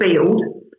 field